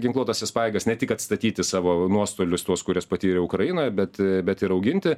ginkluotąsias pajėgas ne tik atstatyti savo nuostolius tuos kuriuos patyrė ukrainoje bet bet ir auginti